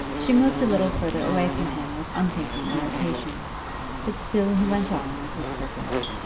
she moved a little further away from him with unthinking irritation but still he went on with his purpose.